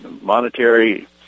monetary